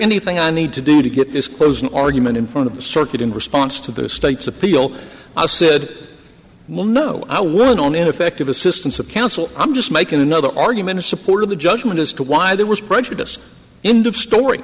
anything i need to do to get this closing argument in front of the circuit in response to the state's appeal i said well no i wouldn't on ineffective assistance of counsel i'm just making another argument in support of the judgment as to why there was prejudice end of story